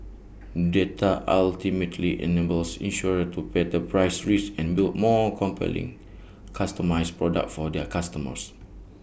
data ultimately enables insurers to better price risk and build more compelling customised products for their customers